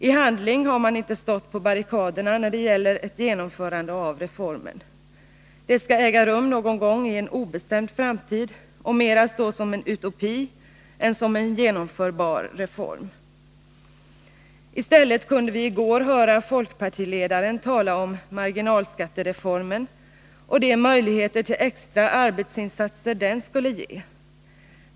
I handling har man inte stått på barrikaderna när det gällt ett genomförande av reformen. Det skall äga rum någon gång i en obestämd framtid, och sextimmarsdagen framstår mera som en utopi än som en genomförbar reform. I stället kunde vi i går höra folkpartiledaren tala om marginalskattereformen och de möjligheter till extra arbetsinsatser den skulle ge.